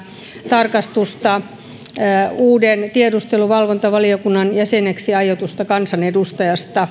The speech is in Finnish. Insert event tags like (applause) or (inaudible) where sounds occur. tarkastusta uuden tiedusteluvalvontavaliokunnan jäseneksi aiotusta kansanedustajasta (unintelligible)